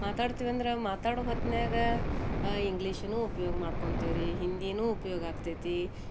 ಮಾತಾಡ್ತೀವಿ ಅಂದ್ರೆ ಮಾತಾಡೋ ಹೊತ್ನಾಗ ಇಂಗ್ಲಿಷನ್ನೂ ಉಪ್ಯೋಗ ಮಾಡ್ಕೊಂತೀವಿ ರೀ ಹಿಂದಿಯೂ ಉಪ್ಯೋಗ ಆಗ್ತೈತಿ